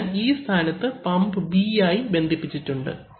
അതിനാൽ ഈ സ്ഥാനത്ത് പമ്പ് B ആയി ബന്ധിപ്പിച്ചിട്ടുണ്ട്